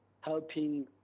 helping